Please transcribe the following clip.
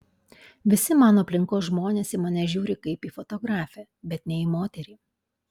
visi mano aplinkos žmonės į mane žiūri kaip į fotografę bet ne į moterį